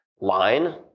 line